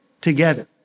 together